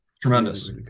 Tremendous